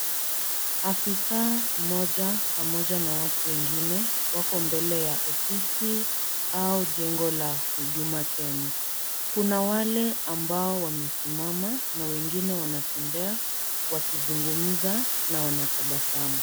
Afisa mmoja pamoja na watu wengine wako mbele ya ofisi au jengo la Huduma Kenya. Kuna wale ambao wamesimama na wengine wanatembea wakizungumza na wanatabasamu.